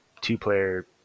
two-player